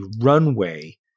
runway